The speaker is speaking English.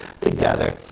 together